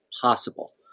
possible